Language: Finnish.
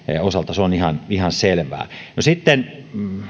osalta se on ihan ihan selvää sitten